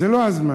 זה לא הזמן.